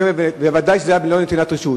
ובוודאי זה היה בלא נתינת רשות.